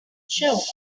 shout